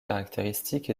caractéristiques